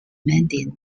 medina